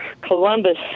Columbus